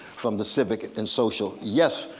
from the civic and social yes,